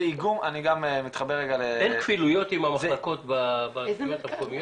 אני גם מתחבר --- אין כפילויות עם המחלקות ברשויות המקומיות?